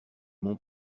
mon